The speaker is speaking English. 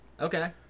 Okay